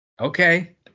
okay